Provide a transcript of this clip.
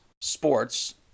Sports